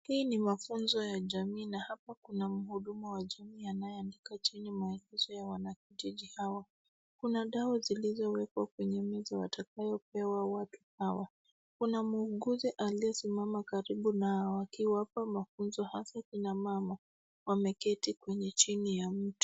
Hii ni mafunzo ya jamii na hapa kuna mhudumu wa jamii anayeandika chini maagizo ya wanakijiji hawa. Kuna dawa zilizowekwa kwenye meza watakayopewa watu hawa. Kuna muuguzi aliyesimama karibu nao akiwapa mafunzo, hasa kina mama wameketi kwenye chini ya mti